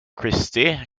christi